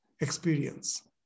experience